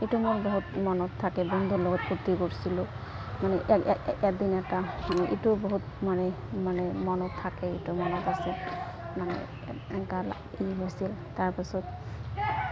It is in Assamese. এইটো মোৰ বহুত মনত থাকিল বন্ধুৰ লগত ফূৰ্তি কৰিছিলোঁ মানে এদিন এটা মানে এইটোও বহুত মানে মানে মনত থাকে এইটো মনত আছে মানে এনেকা ই হৈছিল তাৰপাছত